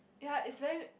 ya it's very